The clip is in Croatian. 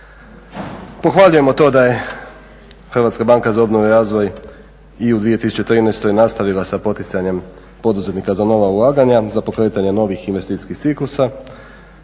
Pohvaljujemo to da je Hrvatska banka za obnovu i razvoj i u 2013. nastavila sa poticanjem poduzetnika za nova ulaganja, za pokretanje novih investicijskih ciklusa